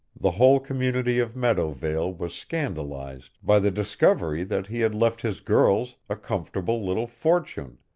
the whole community of meadowvale was scandalized by the discovery that he had left his girls a comfortable little fortune,